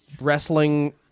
wrestling